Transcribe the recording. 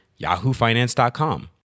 yahoofinance.com